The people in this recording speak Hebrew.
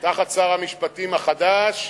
תחת שר המשפטים החדש,